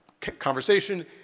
conversation